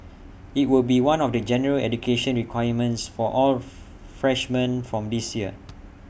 IT will be one of the general education requirements for all freshmen from this year